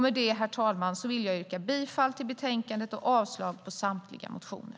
Med det, herr talman, vill jag yrka bifall till förslaget i betänkandet och avslag på samtliga motioner.